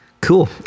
cool